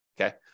Okay